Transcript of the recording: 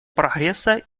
прогресса